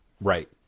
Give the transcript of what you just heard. Right